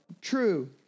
True